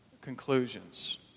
conclusions